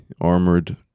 armored